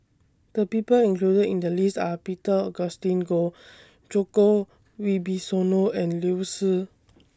The People included in The list Are Peter Augustine Goh Djoko Wibisono and Liu Si